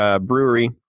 brewery